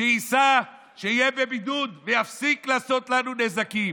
שייסע, שיהיה בבידוד ושיפסיק לעשות לנו נזקים.